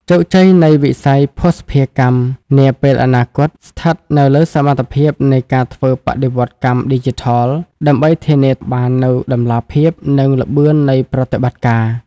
ជោគជ័យនៃវិស័យភស្តុភារកម្មកម្ពុជានាពេលអនាគត ស្ថិតនៅលើសមត្ថភាពនៃការធ្វើបរិវត្តកម្មឌីជីថល ដើម្បីធានាបាននូវតម្លាភាព និងល្បឿននៃប្រតិបត្តិការ។